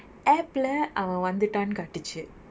app லே அவன் வந்துட்டானு காட்டுச்சு:le avan vanthutaanu kaatuchu